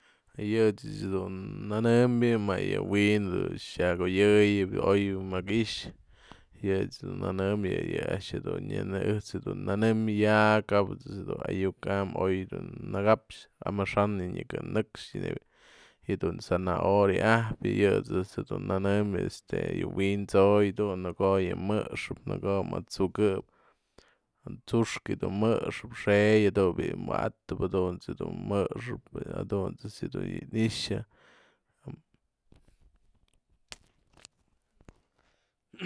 Yë ëch dun nënëm mayë wi'in xiagoyëyëp o'oy mja'ak i'ixë yët's du nënëm yë a'ax dun nyanëm ejt's dun nanëm ya ka'ap ejt's ayu'uk am oy dun nakapxë amaxanë nyakë nëkx, yë dun zanahoria ajpë yë ejt's dun nënëm este yë wi'in tso'oy dun nëko'o yë mjë'ëxep nëko'o mët'sukëp tsu'uxkë yë du mjë'ëxep xë'ëy jadun bi'i wa'atap jadunt's yë dun mjë'ëxep jadunt's dun ya'a ni'ixa.